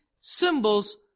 Symbols